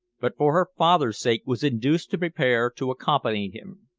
but for her father's sake was induced to prepare to accompany him.